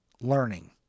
learning